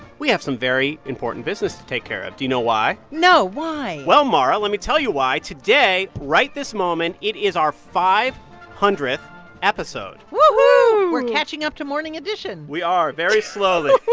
we have some very important business to take care of. do you know why? no. why? well, mara, let me tell you why. today, right this moment, it is our five hundredth episode we're catching up to morning edition. we are very slowly.